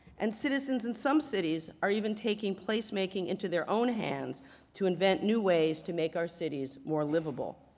and citizens in some cities are even taking place making into their own hands to invent new ways to make our cities more livable.